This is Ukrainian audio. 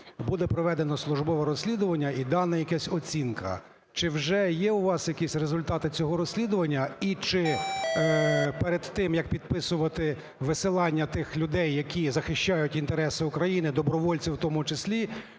буде проведено службове розслідування і дана якась оцінка. Чи вже є у вас якісь результати цього розслідування? І чи перед тим як підписувати висилання тих людей, які захищають інтереси України, добровольців в тому числі,